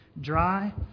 dry